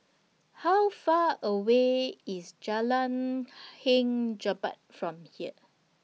How Far away IS Jalan Hang Jebat from here